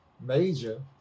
Major